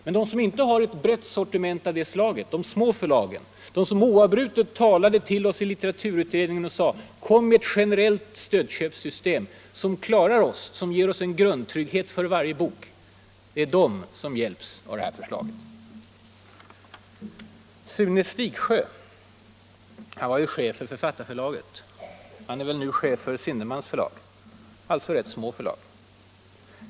Men de som inte har ett brett sortiment av det slaget, de små förlagen, talade oavbrutet till oss i litteraturutredningen och bad oss komma med ett generellt stödsystem som ger en grundtrygghet för varje bok. Det gör utskottets förslag. Sune Stigsjöö var chef för Författarförlaget. Han är nu chef för Zindermans förlag; båda alltså rätt små förlag.